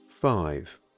five